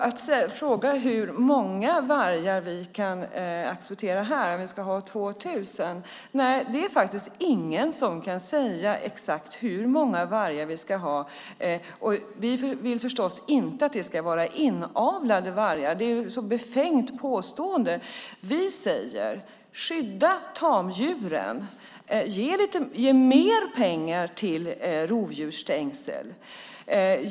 På frågan om hur många vargar vi kan acceptera, kanske 2 000, är det faktiskt ingen som kan svara exakt på hur många vargar vi ska ha. Vi vill förstås inte att det ska vara inavlade vargar; det är ett befängt påstående. Vi säger: Skydda tamdjuren. Ge mer pengar till rovdjursstängsel.